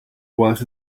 was